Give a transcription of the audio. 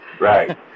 Right